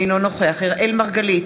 אינו נוכח אראל מרגלית,